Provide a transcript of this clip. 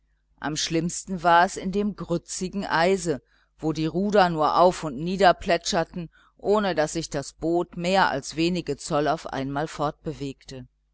am schlimmsten war es in dem grützigen eise wo die ruder nur auf und nieder plätscherten ohne daß sich das boot mehr als wenige zoll auf einmal fortbewegte